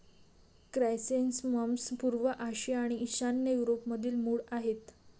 chrysanthemums पूर्व आशिया आणि ईशान्य युरोपमधील मूळ आहेत